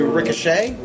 Ricochet